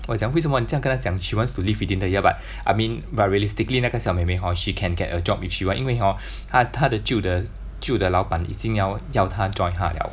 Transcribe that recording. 我讲为什么你这样跟他讲 she wants to leave within the year but I mean but realistically 那个小妹妹 hor she can get a job if she wants 因为 hor 他他的旧的旧的老板已经要要他 join 他了